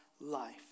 life